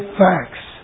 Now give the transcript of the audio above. facts